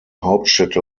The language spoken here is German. hauptstädte